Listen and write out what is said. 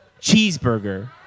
cheeseburger